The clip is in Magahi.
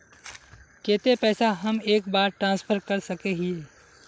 केते पैसा हम एक बार ट्रांसफर कर सके हीये?